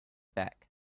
back